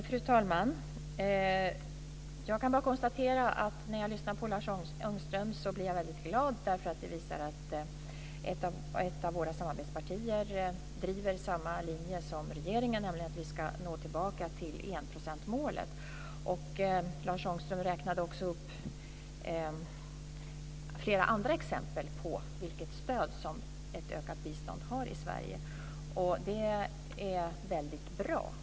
Fru talman! Jag kan bara konstatera att jag blir väldigt glad när jag lyssnar på Lars Ångström. Det han säger visar att ett av våra samarbetspartier driver samma linje som regeringen, nämligen att vi ska nå tillbaka till enprocentsmålet. Lars Ångström räknade också upp flera andra exempel på det stöd som ett ökat bistånd har i Sverige. Det är väldigt bra.